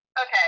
Okay